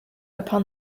upon